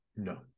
No